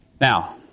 Now